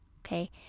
okay